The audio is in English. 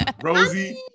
Rosie